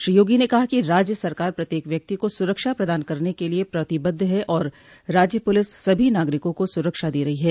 श्री योगी ने कहा कि राज्य सरकार प्रत्यक व्यक्ति को सुरक्षा प्रदान करने के लिये प्रतिबद्ध है और राज्य पुलिस सभी नागरिकों को सुरक्षा दे रही है